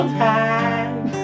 time